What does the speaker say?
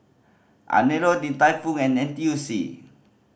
Anello Din Tai Fung and N T U C